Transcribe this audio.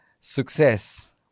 success